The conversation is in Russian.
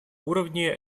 уровне